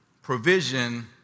Provision